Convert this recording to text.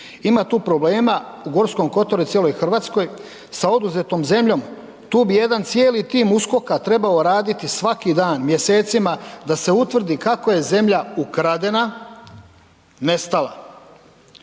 ima tu problema u Gorskom kotaru i cijeloj Hrvatskoj sa oduzetom zemljom, tu bi jedan cijeli tim USKOK-a trebao raditi svaki dan mjesecima da se utvrdi kako je zemlja ukradena, nestala.